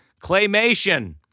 claymation